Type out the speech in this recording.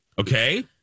Okay